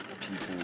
people